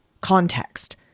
context